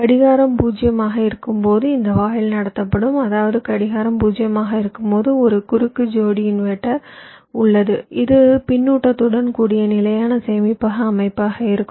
கடிகாரம் 0 ஆக இருக்கும்போது இந்த வாயில் நடத்தப்படும் அதாவது கடிகாரம் 0 ஆக இருக்கும்போது ஒரு குறுக்கு ஜோடி இன்வெர்ட்டர் உள்ளது இது பின்னூட்டத்துடன் கூடிய நிலையான சேமிப்பக அமைப்பாக இருக்கும்